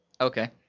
Okay